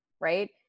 right